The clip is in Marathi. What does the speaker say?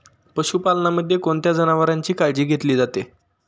पशुपालनामध्ये कोणत्या जनावरांची काळजी घेतली जाते?